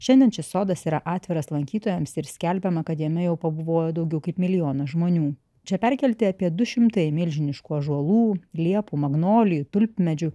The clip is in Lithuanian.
šiandien šis sodas yra atviras lankytojams ir skelbiama kad jame jau pabuvojo daugiau kaip milijonas žmonių čia perkelti apie du šimtai milžiniškų ąžuolų liepų magnolijų tulpmedžių